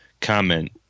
comment